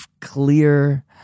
clear